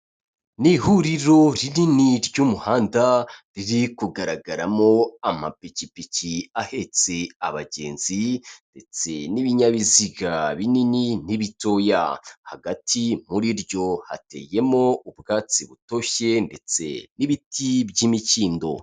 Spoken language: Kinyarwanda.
Ni ihuriro rinini ry'umuhanda riri kugaragaramo amapikipiki ahetse abagenzi ndetse n'ibinyabiziga binini n'ibitoya, hagati muri ryo hateyemo ubwatsi butoshye ndetse n'ibiti by'imikindo.